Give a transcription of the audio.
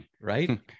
Right